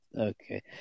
Okay